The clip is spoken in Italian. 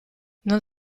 non